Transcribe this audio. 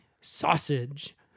Sausage